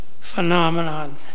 phenomenon